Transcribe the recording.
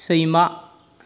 सैमा